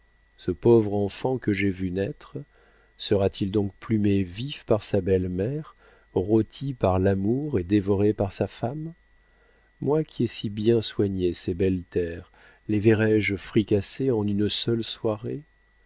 ce pauvre enfant que j'ai vu naître sera-t-il donc plumé vif par sa belle-mère rôti par l'amour et dévoré par sa femme moi qui ai si bien soigné ces belles terres les verrai-je fricassées en une seule soirée